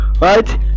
right